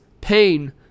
pain